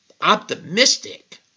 optimistic